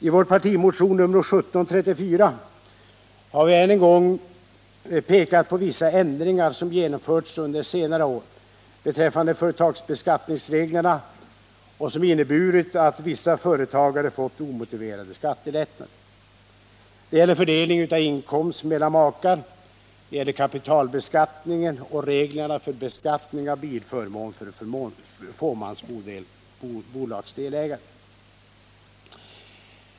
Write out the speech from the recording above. I vår partimotion nr 1734 har vi än en gång pekat på vissa ändringar som genomförts under senare år beträffande företagsbeskattningsreglerna och som inneburit att vissa företagare fått omotiverade skattelättnader. Det gäller fördelningen av inkomst mellan makar, kapitalbeskattningen och reglerna för beskattning av bilförmån för fåmansbolagsdelägare.